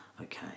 okay